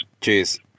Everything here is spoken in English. Cheers